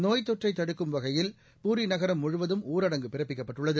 நோய்த் தொற்றை தடுக்கும் வகையில் பூரி நகரம் முழுவதும் ஊரடங்கு பிறப்பிக்கப்பட்டுள்ளது